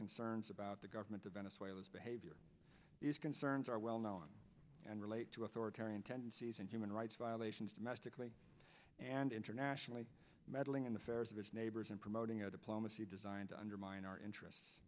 concerns about the government of venezuela's behavior these concerns are well known and relate to authoritarian tendencies and human rights violations domestically and internationally meddling in the fair's of its neighbors and promoting a diplomacy designed to undermine our interests